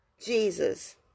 jesus